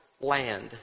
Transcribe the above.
land